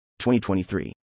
2023